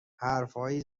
حرفهایی